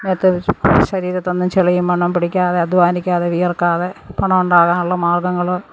മേത്ത് ശരീരത്തൊന്നും ചെളിയും മണ്ണൊന്നും പിടിക്കാതെ അധ്വാനിക്കാതെ വിയർക്കാതെ പണം ഉണ്ടാക്കാനുള്ള മാർഗങ്ങള്